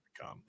come